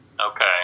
okay